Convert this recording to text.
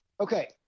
Okay